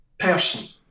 person